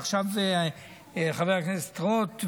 ועכשיו חבר הכנסת רוט,